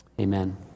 amen